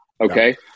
okay